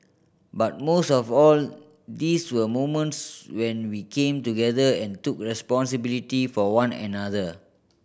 but most of all these were moments when we came together and took responsibility for one another